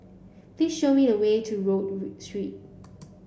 please show me the way to Rodyk Read Street